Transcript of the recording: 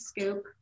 scoop